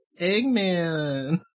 Eggman